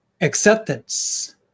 Acceptance